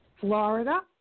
Florida